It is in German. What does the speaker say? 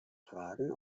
fragen